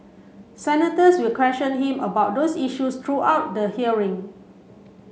senators will question him about those issues throughout the hearing